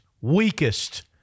weakest